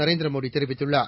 நரேந்திர மோடி தெரிவித்துள்ளார்